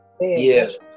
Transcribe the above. Yes